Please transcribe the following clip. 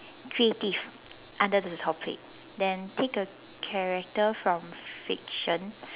creative under the topic then take a character from fiction